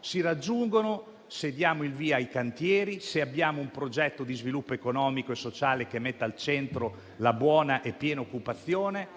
si raggiungono se diamo il via ai cantieri, se abbiamo un progetto di sviluppo economico e sociale che metta al centro la buona e piena occupazione.